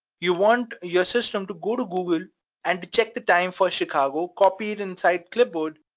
you want your system to go to google and but check the time for chicago, copy it inside clipboard,